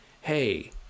Hey